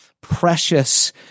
precious